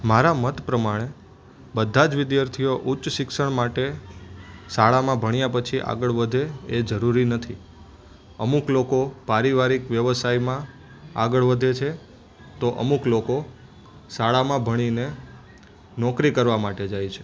મારા મત પ્રમાણે બધા જ વિદ્યાર્થીઓ ઉચ્ચ શિક્ષણ માટે શાળામાં ભણ્યા પછી આગળ વધે એ જરૂરી નથી અમુક લોકો પારિવારિક વ્યવસાયમાં આગળ વધે છે તો અમુક લોકો શાળામાં ભણીને નોકરી કરવા માટે જાય છે